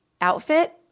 outfit